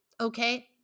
Okay